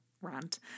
rant